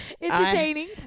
entertaining